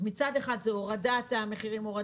מצד אחד זה הורדת החסמים,